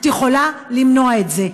את יכולה למנוע את זה.